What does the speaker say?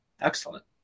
Excellent